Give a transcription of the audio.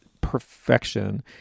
perfection